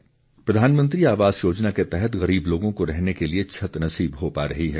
प्रधानमंत्री आवास योजना प्रधानमंत्री आवास योजना के तहत गरीब लोगों को रहने के लिए छत नसीब हो पा रही है